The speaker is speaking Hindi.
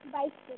बाइक पे थे